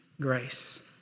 grace